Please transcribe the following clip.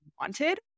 wanted